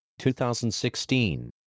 2016